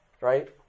right